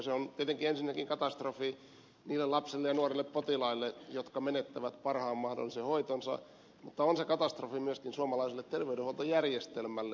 se on tietenkin ensinnäkin katastrofi niille lapsille ja nuorille potilaille jotka menettävät parhaan mahdollisen hoitonsa mutta on se katastrofi myöskin suomalaiselle terveydenhuoltojärjestelmälle